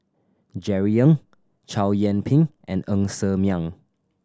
Jerry Ng Chow Yian Ping and Ng Ser Miang